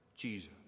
Jesus